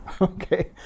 okay